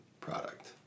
product